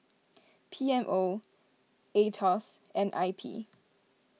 P M O Aetos and I P